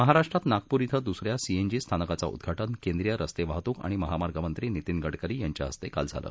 महाराष्ट्रात नागपूर कें दुस या सीएनजी स्थानकाचं उद्घाटन केंद्रीय रस्ते वाहतूक आणि महामार्ग मंत्री नितीन गडकरी यांच्या हस्ते काल झालं